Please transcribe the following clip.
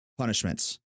punishments